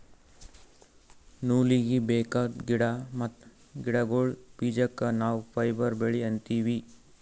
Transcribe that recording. ನೂಲೀಗಿ ಬೇಕಾದ್ ಗಿಡಾ ಮತ್ತ್ ಗಿಡಗೋಳ್ದ ಬೀಜಕ್ಕ ನಾವ್ ಫೈಬರ್ ಬೆಳಿ ಅಂತೀವಿ